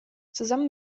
zusammen